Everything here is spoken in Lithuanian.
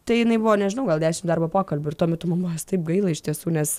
tai jinai buvo nežinau gal dešim darbo pokalbių ir tuo metu mamos taip gaila iš tiesų nes